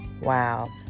Wow